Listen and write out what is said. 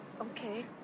Okay